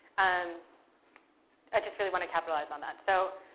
um i just really wanna capitalize on that. so